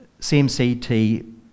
CMCT